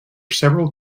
several